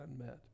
unmet